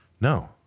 No